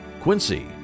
Quincy